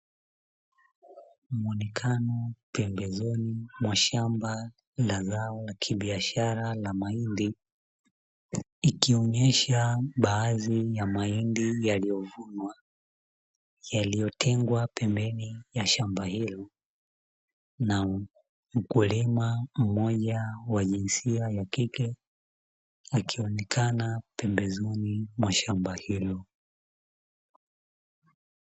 Muonekeno pembezoni mwa shamba la zao la kibiashara la mahindi, ikionyesha baadhi ya mahindi yaliyovunwa yaliyotengwa pembeni ya shamba hili. Na mkulima mmoja wa jinsia ya kike akionekana pembezoni mwa shamba hilo.